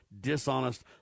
dishonest